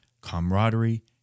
camaraderie